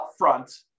upfront